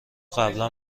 قبلا